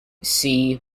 see